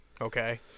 Okay